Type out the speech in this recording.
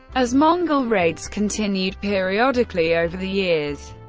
as mongol raids continued periodically over the years,